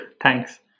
Thanks